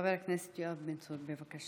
חבר הכנסת יואב בן צור, בבקשה.